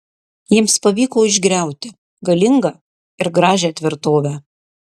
jiems pavyko išgriauti galingą ir gražią tvirtovę